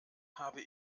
habe